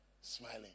smiling